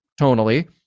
tonally